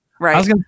Right